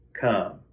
come